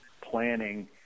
planning